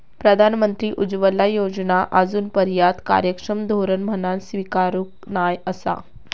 प्रधानमंत्री उज्ज्वला योजना आजूनपर्यात कार्यक्षम धोरण म्हणान स्वीकारूक नाय आसा